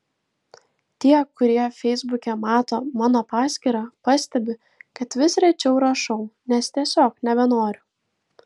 tie kurie feisbuke mato mano paskyrą pastebi kad vis rečiau rašau nes tiesiog nebenoriu